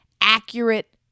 accurate